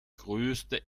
größte